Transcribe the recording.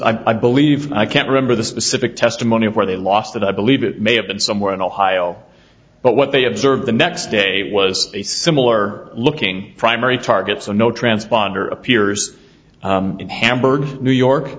i believe i can't remember the specific testimony of where they lost it i believe it may have been somewhere in ohio but what they observed the next day was a similar looking primary target so no transponder appears in hamburg new york